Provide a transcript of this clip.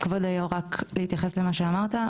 כבוד היו"ר, אני רוצה להתייחס למה שאמרת.